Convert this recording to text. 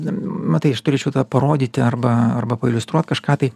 matai aš turėčiau tą parodyti arba arba pailiustruot kažką tai